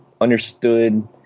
understood